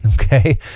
okay